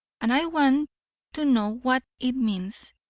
and i want to know what it means.